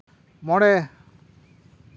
ᱢᱚᱬᱮ